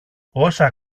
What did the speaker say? όσα